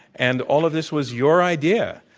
and all of this was your idea.